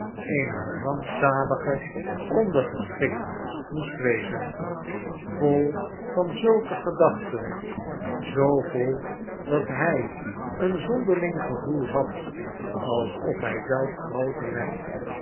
eene rampzalige ondergeschikt moest wezen vol van zulke gedachten zoo vol dat hij een zonderling gevoel had alsof hij zelf grooter werd